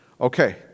okay